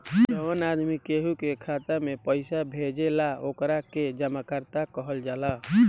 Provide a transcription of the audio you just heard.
जवन आदमी केहू के खाता में पइसा भेजेला ओकरा के जमाकर्ता कहल जाला